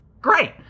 Great